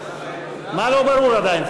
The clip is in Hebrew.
מה לא ברור עדיין,